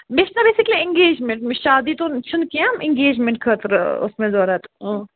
مےٚ چھِنا basically engagement مےٚ شادی تو چھَنہٕ کیٚنٛہہ ایٚنگیج میٚنٹ خٲطرٕ اوس مےٚ ضروٗرت آ